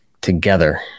together